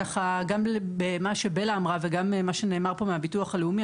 גם במה שבלה בן גרשון אמרה וגם במה שאמרו כאן נציגי הביטוח הלאומי,